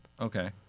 Okay